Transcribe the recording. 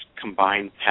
combined